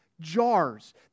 jars